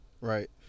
right